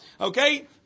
Okay